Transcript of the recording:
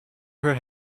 her